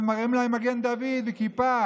מראים להם מגן דוד וכיפה.